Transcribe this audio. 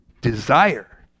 desire